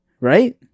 right